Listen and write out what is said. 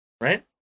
Right